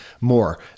more